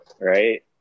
right